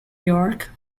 york